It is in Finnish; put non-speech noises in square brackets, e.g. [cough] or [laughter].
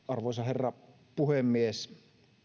[unintelligible] arvoisa herra puhemies